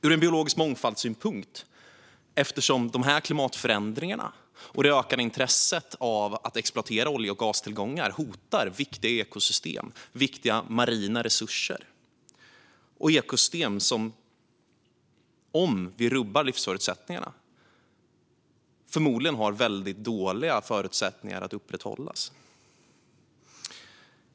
Ur en biologisk mångfaldssynpunkt är det viktigt eftersom klimatförändringarna och det ökade intresset av att exploatera olje och gastillgångar hotar viktiga ekosystem och viktiga marina resurser. Om vi rubbar livsförutsättningarna får dessa ekosystem förmodligen väldigt dåliga förutsättningar att upprätthållas.